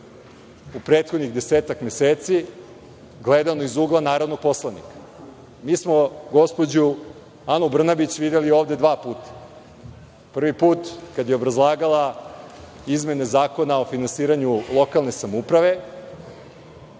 u prethodnih desetak meseci, gledano iz ugla narodnog poslanika. Mi smo gospođu Anu Brnabić videli ovde dva puta. Prvi put kada je obrazlagala izmene Zakona o finansiranju lokalne samouprave,